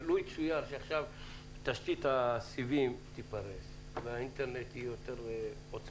לו יצוין שעכשיו תשתית הסיבים תיפרס והאינטרנט יהיה יותר עוצמתי,